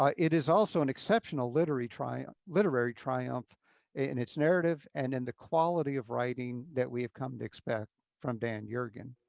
um it is also an exceptional literary triumph literary triumph in its narrative and in the quality of writing that we have come to expect from dan yergin.